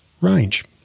range